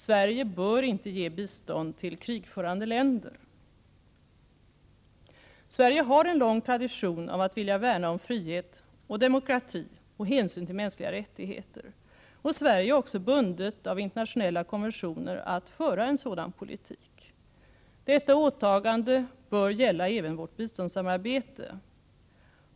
Sverige bör inte ge bistånd till krigförande länder. Sverige har en lång tradition av att vilja värna om frihet, demokrati och hänsyn till de mänskliga rättigheterna. Sverige är också bundet av internationella konventioner att föra en sådan politik. Detta åtagande bör gälla även vårt biståndssamarbete.